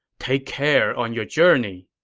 take care on your journey.